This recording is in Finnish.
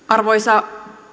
arvoisa